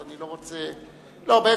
אז אני לא רוצה, בעצם,